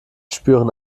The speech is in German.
spüren